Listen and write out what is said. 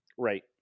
Right